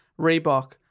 Reebok